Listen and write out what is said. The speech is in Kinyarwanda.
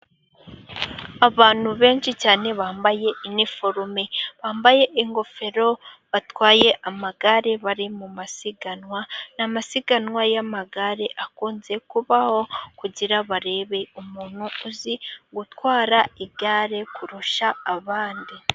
Abantu benshi cyane bambaye iniforume, bambaye ingofero batwaye amagare bari mu masiganwa. Ni amasiganwa y'amagare akunze kubaho, kugira ngo barebe umuntu uzi gutwara igare kurusha abandi.